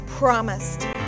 Promised